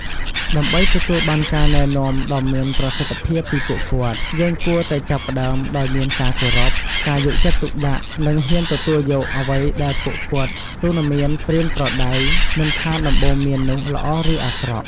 ដើម្បីទទួលបានការណែនាំដ៏មានប្រសិទ្ធភាពពីពួកគាត់ យើងគួរតែចាប់ផ្ដើមដោយមានការគោរព ការយកចិត្តទុកដាក់និងហ៊ានទទួលយកអ្វីដែលពួកគាត់ទូន្មានប្រៀនប្រដៅ មិនថាដំបូន្មាននោះល្អឬអាក្រក់។